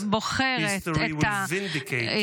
history will vindicate your